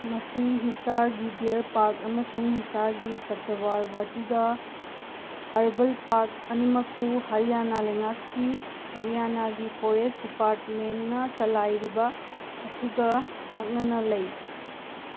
ꯃꯁꯤ ꯍꯤꯁꯥꯔꯒꯤ deer park ꯑꯃꯁꯨꯡ ꯍꯤꯁꯥꯔꯒꯤ ꯁꯇꯋꯥꯔ ꯕꯔꯇꯤꯒꯥ ꯍꯔꯕꯜ ꯄꯥꯔꯛ ꯑꯅꯤꯃꯛꯄꯨ ꯍꯔꯤꯌꯥꯅꯥ ꯂꯩꯉꯥꯛꯀꯤ ꯍꯔꯤꯌꯥꯅꯥꯒꯤ ꯐꯣꯔꯦꯁ ꯗꯤꯄꯥꯔꯠꯃꯦꯟꯅ ꯆꯂꯥꯏꯔꯤꯕ ꯑꯁꯤꯒ ꯅꯛꯅꯅ ꯂꯩ